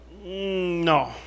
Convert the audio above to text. No